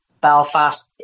Belfast